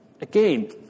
Again